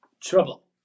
trouble